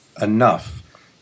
enough